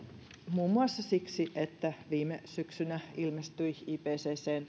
muun muassa siksi että viime syksynä ilmestyi ipccn